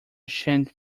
shan’t